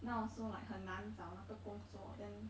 now also like 很难找那个工作 then